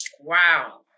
Wow